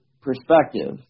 perspective